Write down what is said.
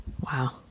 Wow